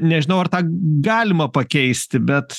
nežinau ar tą galima pakeisti bet